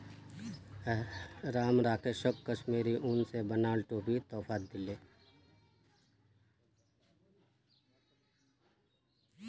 राम राकेशक कश्मीरी उन स बनाल टोपी तोहफात दीले